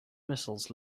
missiles